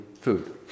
food